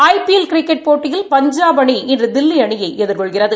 ஐ P L cricket போட்டியில் பஞ்சாப் அணி இன்று தில்லி அணியை எதிர்கொள்கிறது